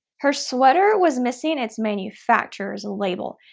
her sweater was missing its manufacturer's label.